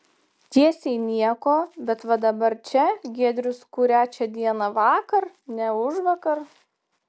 tiesiai nieko bet va dabar čia giedrius kurią čia dieną vakar ne užvakar